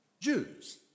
Jews